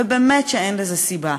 ובאמת אין לזה סיבה.